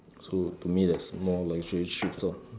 so to me that's more luxury trips lor